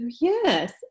Yes